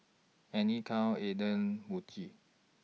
Anne Klein Aden Muji